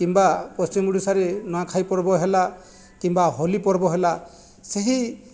କିମ୍ବା ପଶ୍ଚିମ ଓଡ଼ିଶାରେ ନୂଆଖାଇ ପର୍ବ ହେଲା କିମ୍ବା ହୋଲି ପର୍ବ ହେଲା ସେହି